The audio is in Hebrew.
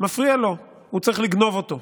מפריע לו, הוא צריך לגנוב אותו.